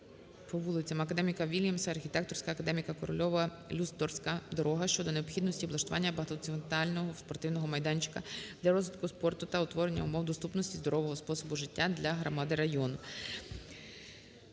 по вулицям Академіка Вільямса, Архітекторська, Академіка Корольова, Люстдорфська дорога щодо необхідності облаштування багатофункціонального спортивного майданчику для розвитку спорту та створення умов доступності здорового способу життя для громади району.